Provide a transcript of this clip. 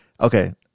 Okay